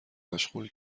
مشغول